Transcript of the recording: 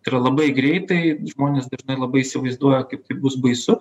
tai yra labai greitai žmonės dažnai labai įsivaizduoja kaip tai bus baisu